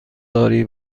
داری